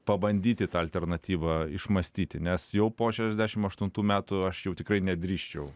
pabandyti ta alternatyvą išmąstyti nes jau po šešdešim aštuntų metų aš jau tikrai nedrįsčiau